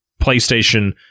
PlayStation